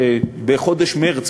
בחודש מרס,